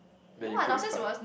that you puke in front